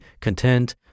content